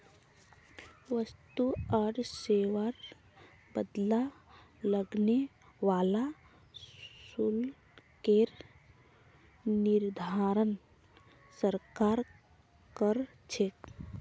वस्तु आर सेवार बदला लगने वाला शुल्केर निर्धारण सरकार कर छेक